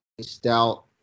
stout